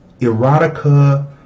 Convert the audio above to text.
erotica